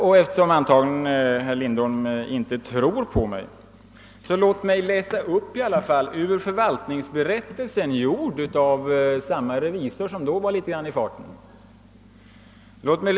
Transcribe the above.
Men eftersom herr Lindholm antagligen inte tror på mig vill jag här läsa ett stycke ur moderbolagets förvaltningsberättelse, upprättad av samma revisor som var på tapeten förra gången.